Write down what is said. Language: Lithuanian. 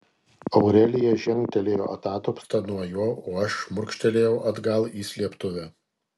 aurelija žengtelėjo atatupsta nuo jo o aš šmurkštelėjau atgal į slėptuvę